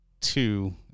two